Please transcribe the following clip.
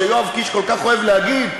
שיואב קיש כל כך אוהב להגיד,